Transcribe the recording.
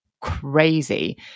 crazy